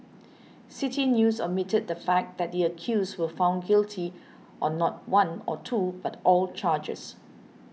City News omitted the fact that the accused were found guilty on not one or two but all charges